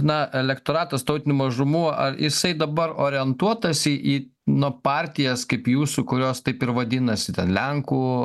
na elektoratas tautinių mažumų ar jisai dabar orientuotas į į nu partijos kaip jūsų kurios taip ir vadinasi ten lenkų